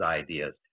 ideas